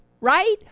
right